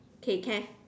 okay can